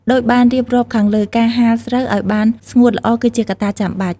ដូចបានរៀបរាប់ខាងលើ ការហាលស្រូវឲ្យបានស្ងួតល្អ គឺជាកត្តាចាំបាច់។